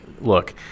look—